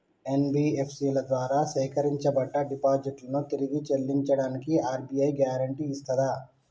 NBFC ల ద్వారా సేకరించబడ్డ డిపాజిట్లను తిరిగి చెల్లించడానికి ఆర్.బి.ఐ గ్యారెంటీ ఇస్తదా?